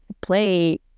play